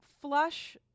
flush